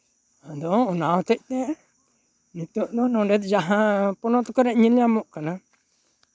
ᱟᱫᱚ ᱚᱱᱟ ᱦᱚᱛᱮᱫ ᱛᱮ ᱱᱤᱛᱚᱜ ᱫᱚ ᱱᱚᱰᱮ ᱡᱟᱦᱟᱸ ᱯᱚᱱᱚᱛ ᱠᱚᱨᱮᱜ ᱧᱮᱞ ᱧᱟᱢᱚᱜ ᱠᱟᱱᱟ